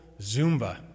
Zumba